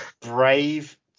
Brave